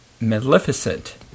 Maleficent